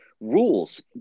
rules